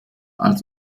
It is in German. als